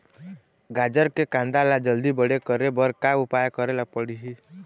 गाजर के कांदा ला जल्दी बड़े करे बर का उपाय करेला पढ़िही?